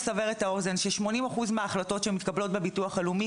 לסבר את האוזן ש-80% מההחלטות שמתקבלות בביטוח הלאומי,